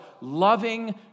loving